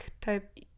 type